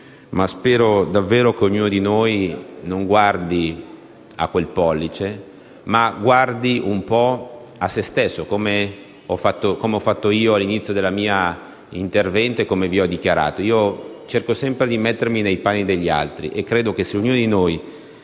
ma spero davvero che ognuno di noi non guardi a quel pollice ma a se stesso, come ho fatto io all'inizio del mio intervento e come ho dichiarato. Io cerco sempre di mettermi nei panni degli altri e credo che se ognuno di noi